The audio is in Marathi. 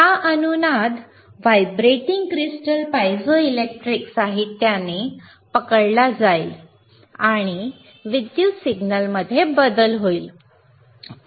हा अनुनाद व्हायब्रेटिंग क्रिस्टल पायझोइलेक्ट्रिक साहित्याने पकडला जाईल आणि विद्युत सिग्नलमध्ये बदल होईल